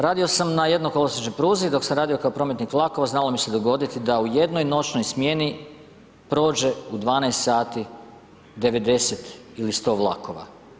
Radio sam na jednokolosiječnoj pruzi dok sam radio kao prometnik vlakova, znalo mi se dogoditi da u jednoj noćnoj smjeni prođe u 12 sati 90 ili 100 vlakova.